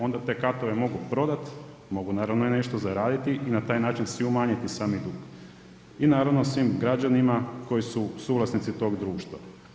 Onda te katove mogu prodat, mogu naravno nešto i zaraditi i na taj način si umanjiti sami dug i naravno svim građanima koji su suvlasnici svog društva.